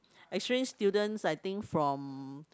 exchange students I think from